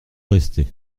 rester